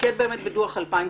תתמקד בדוח 2015,